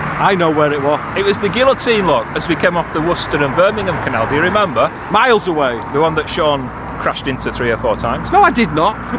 i know where it was. it was the guillotine lock as we came off the worcester and birmingham canal, do you remember? miles away. the one that shaun crashed into three or four times. no i did not.